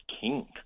king